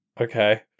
okay